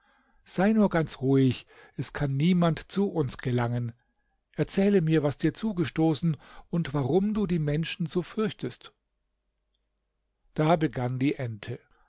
sei nur ganz ruhig es kann niemand zu uns gelangen erzähle mir was dir zugestoßen und warum du die menschen so fürchtest da begann die ente